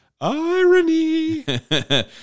Irony